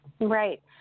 Right